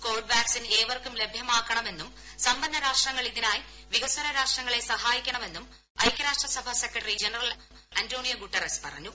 Covid vaccine ഏവർക്കും ലഭ്യമാക്കണമെന്നും സമ്പന്ന രാഷ്ട്രങ്ങൾ ഇതിനായി വികസ്വര രാഷ്ട്രങ്ങളെ സഹായിക്കണമെന്നും ഐക്യരാഷ്ട്രസഭ സെക്രട്ടറി ജനറൽ അന്റോണിയോ ഗുട്ടാരെസ് പറഞ്ഞു